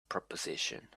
proposition